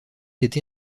été